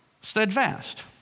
steadfast